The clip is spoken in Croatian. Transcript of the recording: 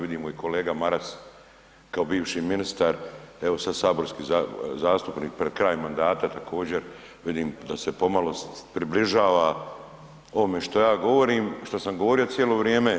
Vidimo i kolega Maras kao bivši ministar, evo sada saborski zastupnik pred kraj mandata također vidim da se pomalo približava ovome što ja govorim, što sam govorio cijelo vrijeme.